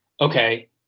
okay